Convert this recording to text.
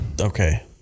Okay